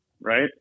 Right